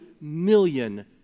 million